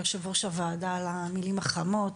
יושב ראש הוועדה על המילים החמות,